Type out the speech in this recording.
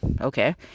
okay